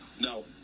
no